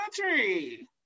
country